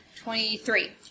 twenty-three